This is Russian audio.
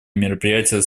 мероприятие